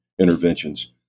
interventions